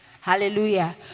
Hallelujah